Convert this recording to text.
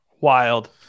Wild